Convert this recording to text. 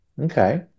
Okay